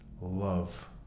love